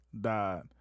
died